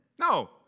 No